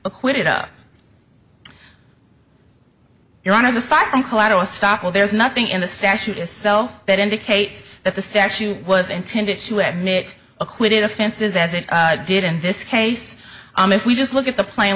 acquitted up your honor is aside from collateral estoppel there's nothing in the statute itself that indicates that the statute was intended to admit acquitted offenses as it did in this case if we just look at the pla